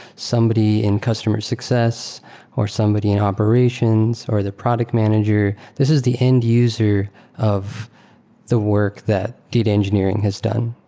somebody in customer success or somebody in operations or the product manager, this is the end user of the work that data engineering has done.